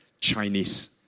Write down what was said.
Chinese